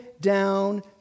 down